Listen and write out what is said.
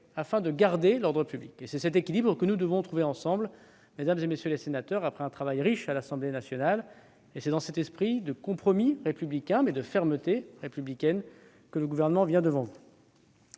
afin de garder l'ordre public. Tel est l'équilibre que nous devons trouver ensemble, mesdames, messieurs les sénateurs, après le travail riche effectué à l'Assemblée nationale. C'est dans cet esprit de compromis républicain et de fermeté républicaine que le Gouvernement se présente à vous.